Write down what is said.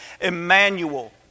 Emmanuel